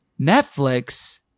Netflix